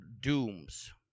dooms